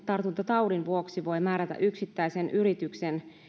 tartuntataudin vuoksi voi määrätä yksittäisen yrityksen